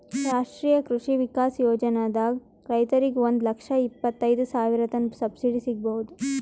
ರಾಷ್ಟ್ರೀಯ ಕೃಷಿ ವಿಕಾಸ್ ಯೋಜನಾದಾಗ್ ರೈತರಿಗ್ ಒಂದ್ ಲಕ್ಷ ಇಪ್ಪತೈದ್ ಸಾವಿರತನ್ ಸಬ್ಸಿಡಿ ಸಿಗ್ಬಹುದ್